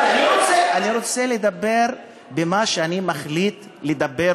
אני רוצה לדבר על מה שאני מחליט לדבר,